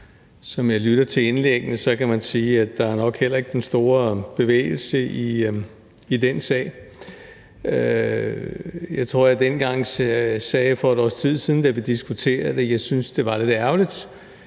som jeg hører på indlæggene, kan man sige, at der nok heller ikke er den store bevægelse i den sag. Jeg tror, at jeg dengang for et års tid siden, da vi diskuterede det, sagde, at jeg syntes, det var lidt ærgerligt,